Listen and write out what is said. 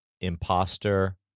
imposter